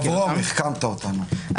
אברום, החכמת אותנו.